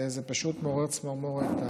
זה פשוט מעורר צמרמורת,